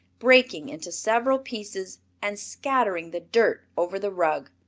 breaking into several pieces and scattering the dirt over the rug.